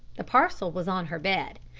the parcel was on her bed.